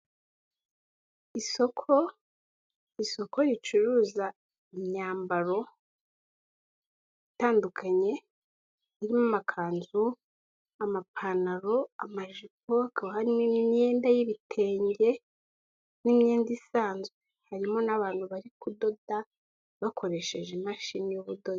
Isoko, isoko ricuruza imyambaro itandukanye irimo amakanzu, amapantaro, amajipo, hakaba harimo n'imyenda y'ibitenge n'imyenda isanzwe harimo n'abantu bari kudoda bakoresheje imashini y'ubudozi.